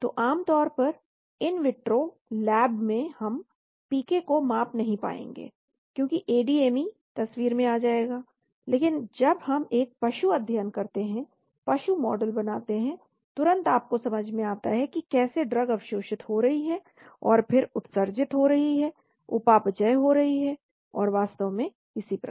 तो आम तौर पर इन विट्रो लैब में हम PK को माप नहीं पाएंगे क्योंकि ADME तस्वीर में आ जाएगा लेकिन जब हम एक पशु अध्ययन करते हैं पशु मॉडल बनाते हैं तुरंत आपको समझ में आता है कि कैसे ड्रग अवशोषित हो रही है और फिर उत्सर्जित हो रही है उपापचय हो रही है और वास्तव में इसी प्रकार